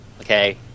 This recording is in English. okay